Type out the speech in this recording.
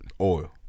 Oil